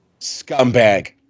Scumbag